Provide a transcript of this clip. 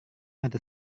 ada